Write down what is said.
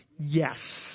Yes